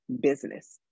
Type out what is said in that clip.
business